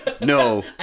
no